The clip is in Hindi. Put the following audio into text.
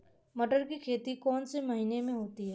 मटर की खेती कौन से महीने में होती है?